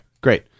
Great